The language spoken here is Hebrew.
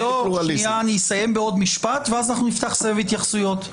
אסיים בעוד משפט ואז נתחיל סבב התייחסויות.